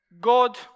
God